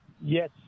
Yes